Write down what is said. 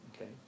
Okay